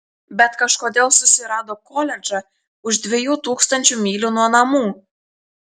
bet kažkodėl susirado koledžą už dviejų tūkstančių mylių nuo namų